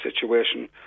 situation